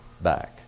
back